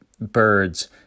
birds